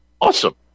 Awesome